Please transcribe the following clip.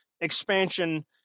Expansion